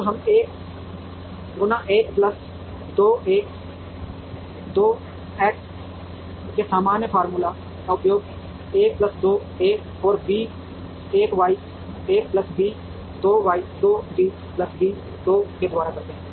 और हम 1 x 1 plus 2 a 2 x के सामान्य फॉर्मूला का उपयोग 1 प्लस 2 ए और b 1 y 1 plus b 2 y 2 b 1 plus b 2 के द्वारा करते हैं